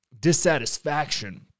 dissatisfaction